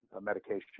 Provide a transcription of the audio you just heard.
medication